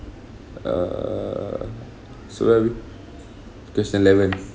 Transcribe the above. err so where are we question eleven